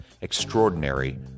Extraordinary